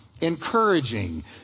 encouraging